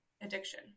addiction